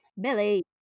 Billy